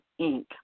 Inc